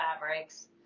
fabrics